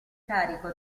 carico